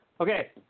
Okay